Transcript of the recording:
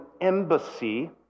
embassy